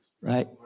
right